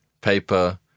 paper